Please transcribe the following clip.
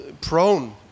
prone